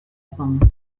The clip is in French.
bande